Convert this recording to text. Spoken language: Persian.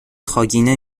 خاگینه